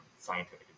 Scientific